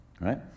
right